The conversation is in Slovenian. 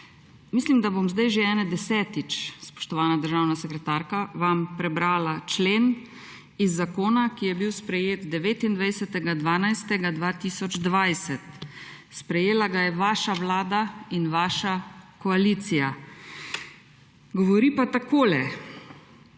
Mislim, da bom sedaj že ene desetič spoštovana državna sekretarka vam prebrala člen iz zakona, ki je bil sprejet 29. 12. 2020 sprejela ga je vaša Vlada in vaša koalicija. Govori pa takole